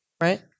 right